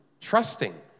trusting